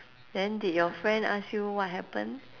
then did your friend ask you what happen